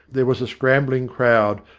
there was a scrambling crowd,